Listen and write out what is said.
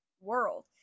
world